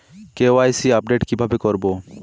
KYC update কিভাবে করবো?